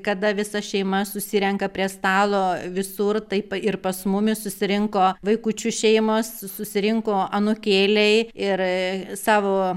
kada visa šeima susirenka prie stalo visur taip ir pas mumis susirinko vaikučių šeimos susirinko anūkėliai ir savo